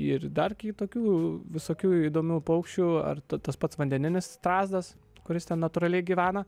ir dar kitokių visokių įdomių paukščių ar tu tas pats vandeninis strazdas kuris ten natūraliai gyvena